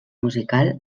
musical